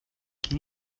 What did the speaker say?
can